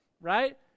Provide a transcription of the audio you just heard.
Right